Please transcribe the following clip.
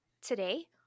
Today